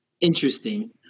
interesting